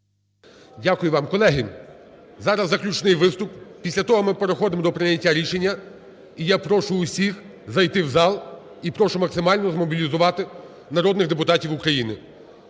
Дякую вам. Колеги! Зараз заключний виступ, після того ми переходимо до прийняття рішення. І я прошу усіх зайти в залі, і прошу максимально змобілізувати народних депутатів України.